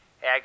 Hey